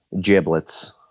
giblets